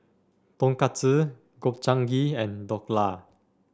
Tonkatsu Gobchang Gui and Dhokla